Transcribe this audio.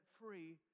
free